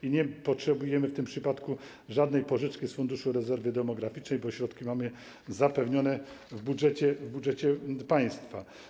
I nie potrzebujemy w tym przypadku żadnej pożyczki z Funduszu Rezerwy Demograficznej, bo środki mamy zapewnione w budżecie państwa.